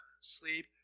sleep